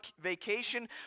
vacation